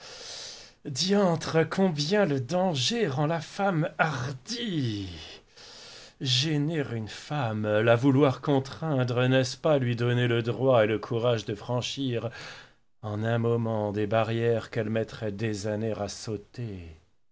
diantre combien le danger rend la femme hardie gêner une femme la vouloir contraindre n'est-ce pas lui donner le droit et le courage de franchir en un moment des barrières qu'elle mettrait des années à sauter